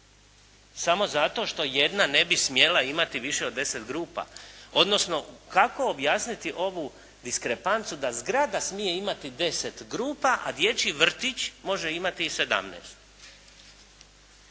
samo zato što jedna ne bi smjela imati više od 10 grupa? Odnosno kako objasniti ovu diskrepancu da zgrada smije imati 10 grupa, a dječji vrtić može imati 17.